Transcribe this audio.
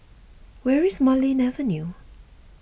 where is Marlene Avenue